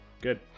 good